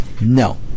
no